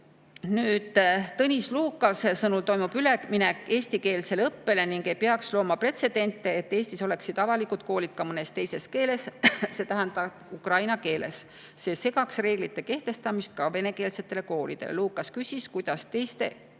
Tõnis Lukase sõnul toimub üleminek eestikeelsele õppele ning ei peaks looma pretsedente, et Eestis oleksid avalikud koolid ka mõnes teises keeles, see tähendab ukraina keeles, sest see segaks reeglite kehtestamist ka venekeelsetele koolidele. Lukas küsis, kuidas teiskeelsete